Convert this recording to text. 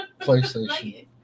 PlayStation